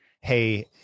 Hey